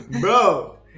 bro